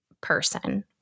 person